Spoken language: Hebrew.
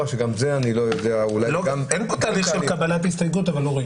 שגם זה אני לא יודע --- אין פה תהליך של קבלת הסתייגות אבל אורי.